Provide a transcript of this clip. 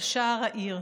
/ אל שער העיר.